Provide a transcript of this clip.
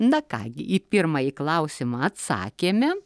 na ką gi į pirmąjį klausimą atsakėme